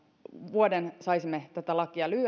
vuoden saisimme tätä lakia